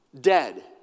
Dead